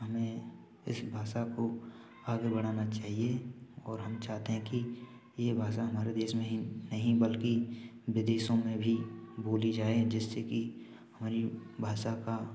हमें इस भाषा को आगे आगे बढ़ाना चाहिए और हम चाहते हैं कि यह भाषा हमारे देश में ही नहीं बल्कि विदेशों में भी बोली जाए जिससे कि हमारी भाषा का